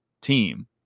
team